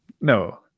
no